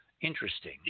interesting